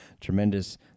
tremendous